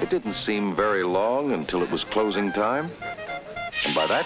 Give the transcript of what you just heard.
it didn't seem very long until it was close in time and by that